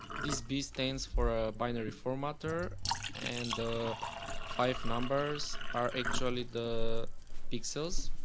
this b stands for a binary formatter and the five numbers are actually the pixels.